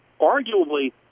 arguably